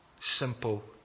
simple